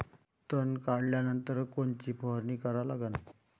तन काढल्यानंतर कोनची फवारणी करा लागन?